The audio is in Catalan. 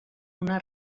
una